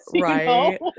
Right